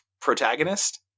protagonist